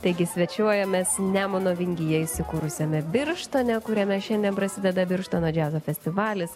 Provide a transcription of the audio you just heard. taigi svečiuojamės nemuno vingyje įsikūrusiame birštone kuriame šiandien prasideda birštono džiazo festivalis